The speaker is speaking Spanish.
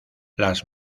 las